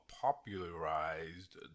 popularized